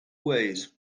ways